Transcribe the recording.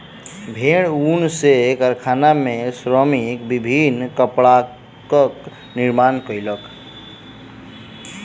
भेड़क ऊन सॅ कारखाना में श्रमिक विभिन्न कपड़ाक निर्माण कयलक